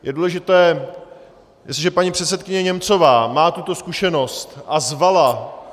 Je důležité, jestliže paní předsedkyně Němcová má tuto zkušenost a zvala...